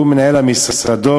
שהוא מנהל משרדו,